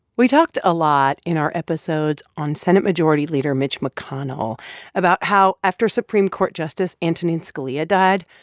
we talked a lot in our episodes on senate majority leader mitch mcconnell about how, after supreme court justice antonin scalia died,